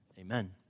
amen